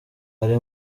ari